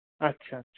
আচ্ছা আচ্ছা